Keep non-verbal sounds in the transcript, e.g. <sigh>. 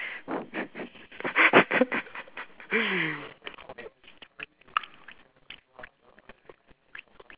<laughs>